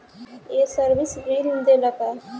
ये सर्विस ऋण देला का?